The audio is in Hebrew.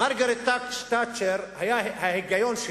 מרגרט תאצ'ר, ההיגיון שלה,